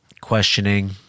questioning